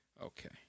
Okay